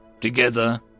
Together